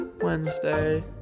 Wednesday